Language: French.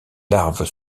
larves